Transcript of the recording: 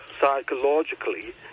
psychologically